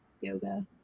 yoga